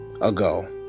ago